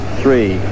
three